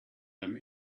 them